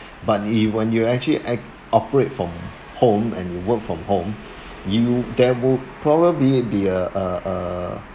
but you when you actually act operate from home and work from home you there will probably be a a a